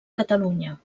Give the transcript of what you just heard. catalunya